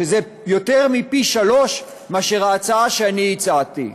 שזה יותר מפי-שלושה מאשר בהצעה שאני הצעתי.